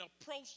approach